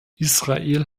israel